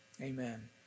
amen